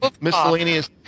miscellaneous